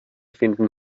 finden